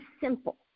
simple